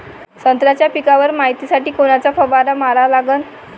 संत्र्याच्या पिकावर मायतीसाठी कोनचा फवारा मारा लागन?